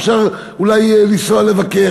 אפשר אולי לנסוע לבקר,